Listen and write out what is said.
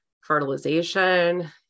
fertilization